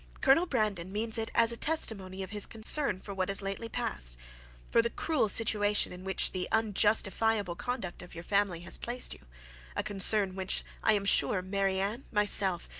colonel brandon means it as a testimony of his concern for what has lately passed for the cruel situation in which the unjustifiable conduct of your family has placed you a concern which i am sure marianne, myself,